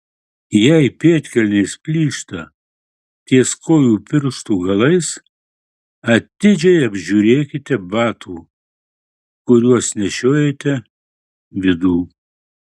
jei pėdkelnės plyšta ties kojų pirštų galais atidžiai apžiūrėkite batų kuriuos nešiojate vidų